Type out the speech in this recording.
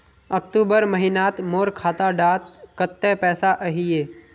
अक्टूबर महीनात मोर खाता डात कत्ते पैसा अहिये?